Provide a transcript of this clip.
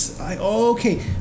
Okay